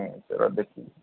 ନ ସେ ଦେଖିକି